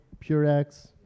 Purex